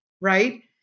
right